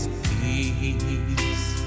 peace